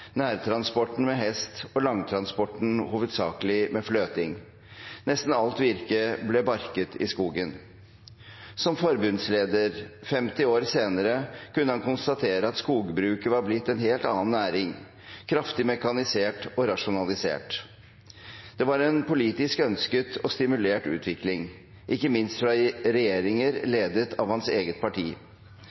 nærtransporten med hest og langtransporten hovedsakelig med fløting. Nesten alt virke ble barket i skogen. Som forbundsleder 50 år senere kunne han konstatere at skogbruket var blitt en helt annen næring, kraftig mekanisert og rasjonalisert. Det var en politisk ønsket og stimulert utvikling, ikke minst fra regjeringer ledet av hans eget parti.